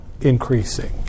increasing